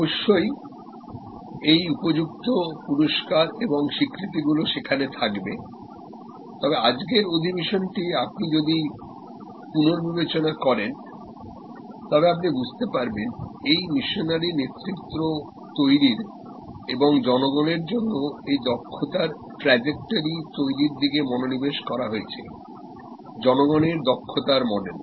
অবশ্যই এই উপযুক্ত পুরষ্কার এবং স্বীকৃতিগুলি সেখানে থাকবে তবে আজকের অধিবেশনটি আপনি যদি পুনর্বিবেচনা করেন তবে আপনি বুঝতে পারবেন এই মিশনারি নেতৃত্ব তৈরির এবং জনগণের জন্য এই দক্ষতার ট্র্যাজেক্টোরি তৈরির দিকে মনোনিবেশ করা হয়েছে জনগণের দক্ষতার মডেল